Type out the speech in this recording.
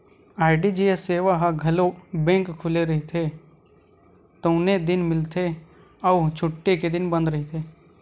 RTGS सेवा ह घलो बेंक खुले रहिथे तउने दिन मिलथे अउ छुट्टी के दिन बंद रहिथे